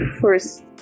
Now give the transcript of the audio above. first